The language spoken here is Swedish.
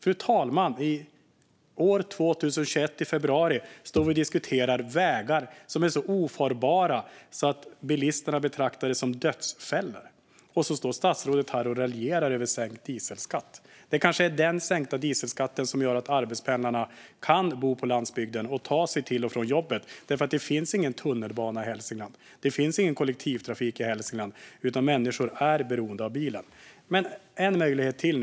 År 2021 i februari står vi och diskuterar vägar som är så ofarbara att bilisterna betraktar dem som dödsfällor, fru talman. Och statsrådet står här och raljerar över sänkt dieselskatt. Det är kanske den sänkta dieselskatten som gör att arbetspendlarna kan bo på landsbygden och ta sig till och från jobbet. Det finns nämligen ingen tunnelbana i Hälsingland. Det finns ingen kollektivtrafik i Hälsingland. Människor är beroende av bilen. Nu ger jag statsrådet en möjlighet till.